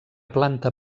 planta